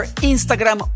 Instagram